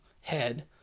head